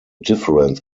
difference